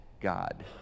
God